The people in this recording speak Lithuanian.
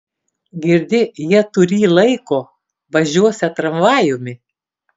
girdi jie turį laiko važiuosią tramvajumi